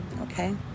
Okay